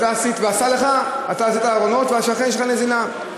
אתה עשית ארונות ולשכן שלך, נזילה.